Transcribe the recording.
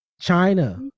China